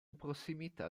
prossimità